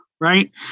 right